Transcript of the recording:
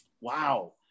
Wow